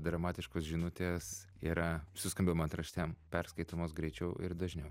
dramatiškos žinutės yra su skambiom antraštėm perskaitomos greičiau ir dažniau